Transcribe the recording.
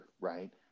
right